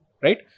Right